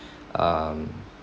um